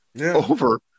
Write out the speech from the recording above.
over